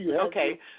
Okay